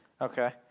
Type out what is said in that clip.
Okay